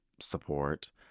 support